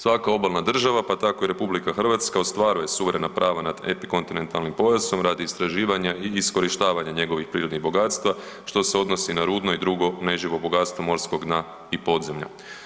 Svaka obalna država pa tako i RH ostvaruje suverena prava nad epikontinentalnim pojasom radi istraživanja i iskorištavanja njegovih prirodnih bogatstva što se odnosi na rudno i drugo neživo bogatstvo morskog dna i podzemlja.